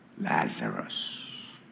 Lazarus